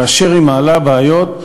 כאשר היא מעלה בעיות,